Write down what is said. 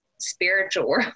spiritual